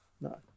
No